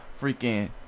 freaking